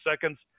seconds